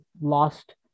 lost